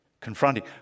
Confronting